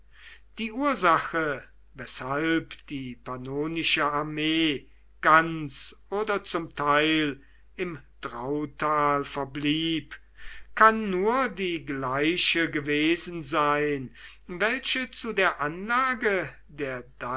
die ursache weshalb die pannonische armee ganz oder zum teil im drautal verblieb kann nur die gleiche gewesen sein welche zu der anlage der